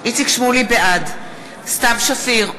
בעד סתיו שפיר,